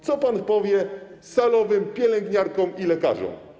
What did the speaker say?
Co pan powie salowym, pielęgniarkom i lekarzom?